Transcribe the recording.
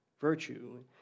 virtue